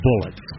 bullets